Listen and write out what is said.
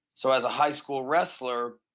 so as a high-school wrestler,